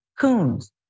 Coons